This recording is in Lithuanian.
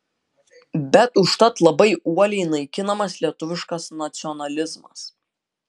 bet užtat labai uoliai naikinamas lietuviškas nacionalizmas